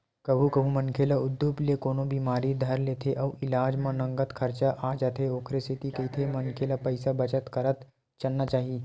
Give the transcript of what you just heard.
कभू कभू मनखे ल उदुप ले कोनो बिमारी धर लेथे अउ इलाज म नँगत खरचा आ जाथे ओखरे सेती कहिथे मनखे ल पइसा बचत करत चलना चाही